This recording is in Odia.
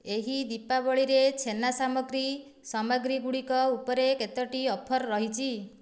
ଏହି ଦୀପାବଳିରେ ଛେନା ସାମଗ୍ରୀ ସାମଗ୍ରୀ ଗୁଡ଼ିକ ଉପରେ କେତୋଟି ଅଫର୍ ରହିଛି